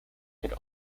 could